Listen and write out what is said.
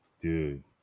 dude